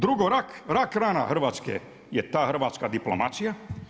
Drugo, rak rana Hrvatske je ta hrvatska diplomacija.